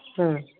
ꯎꯝ